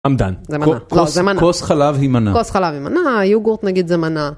עמדן. זה מנה. כו-. זה מנה. כוס חלב היא מנה. כוס חלב היא מנה, יוגורט נגיד זה מנה.